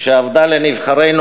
שאבדו לנבחרינו.